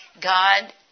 God